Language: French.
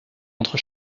entre